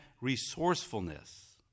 resourcefulness